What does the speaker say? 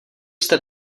jste